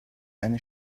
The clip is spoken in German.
eine